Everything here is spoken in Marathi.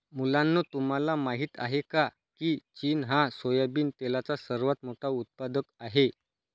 मुलांनो तुम्हाला माहित आहे का, की चीन हा सोयाबिन तेलाचा सर्वात मोठा उत्पादक आहे